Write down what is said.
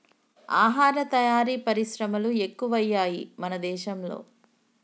ఆహార తయారీ పరిశ్రమలు ఎక్కువయ్యాయి మన దేశం లో